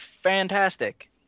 fantastic